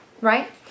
right